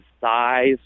size